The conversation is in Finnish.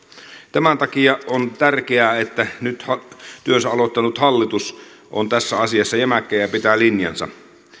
tämän takia on tärkeää että nyt työnsä aloittanut hallitus on tässä asiassa jämäkkä ja pitää linjansa